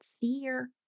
fear